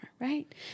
right